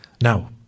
Now